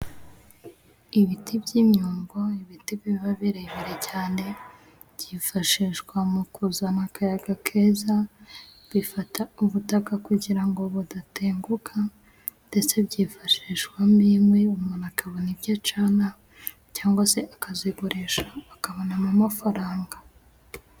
Ibiti by'imyungo, ibiti biba birebire cyane, byifashishwa mu kuzana akayaga keza, bifata ubutaka kugira ngo budatenguka, ndetse byifashishwamo inkwi umuntu akabona ibyo acana cyangwa se akazigurisha akabonamo amafaranga.